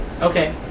Okay